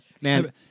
Man